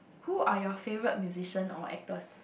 who are your favourite musician or actors